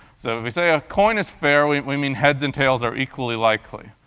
so if we say a coin is fair, we we mean heads and tails are equally likely,